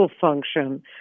function